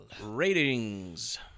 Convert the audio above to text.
Ratings